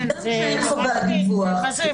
אבל פה אנחנו לא בסיטואציה משטרתית.